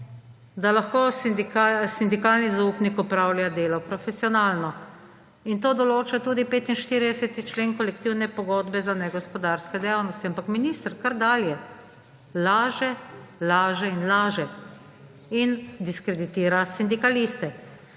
da lahko sindikalni zaupnik opravlja delo profesionalno. To določa tudi 45. člen Kolektivne pogodbe za negospodarske dejavnosti. Ampak minister kar dalje laže, laže in laže. In diskreditira sindikaliste.